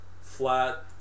flat